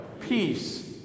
peace